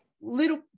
Little